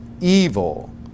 evil